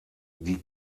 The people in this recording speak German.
die